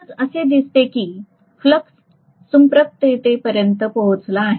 एकूणच असे दिसते की फ्लक्स संपृक्ततेपर्यंत पोहोचला आहे